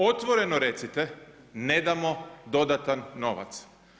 Otvoreno recite ne damo dodatan novac.